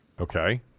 Okay